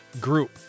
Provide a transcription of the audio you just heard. group